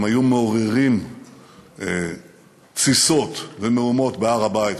הם היו מעוררים תסיסות ומהומות בהר הבית,